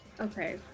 Okay